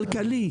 כלכלי,